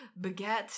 baguette